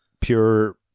pure